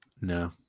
No